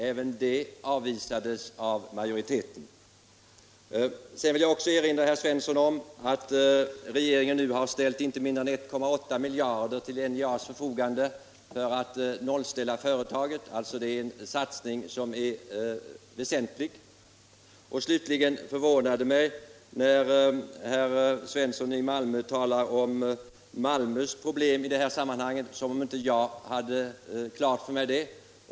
Även det avvisades av majoriteten. Sedan vill jag också erinra herr Svensson om att regeringen nu har ställt inte mindre än 1,8 miljarder till NJA:s förfogande för att nollställa företaget — en satsning som är väsentlig. Slutligen förvånar det mig när herr Svensson i Malmö talar om Malmös problem i detta sammanhang som om jag inte hade dem klara för mig.